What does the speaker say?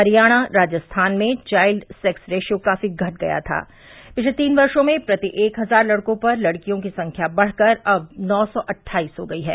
हरियाणा राजस्थान में child sex ratio काफी घट गया था पिछले तीन वर्षो में प्रति एक हजार लड़को पर लड़कियों की संख्या बड़कर अब नौ सौ अट्ठाईस हो गयी है